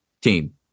team